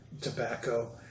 Tobacco